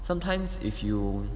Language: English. sometimes if you